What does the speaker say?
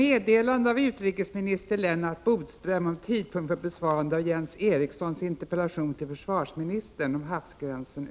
Fru talman!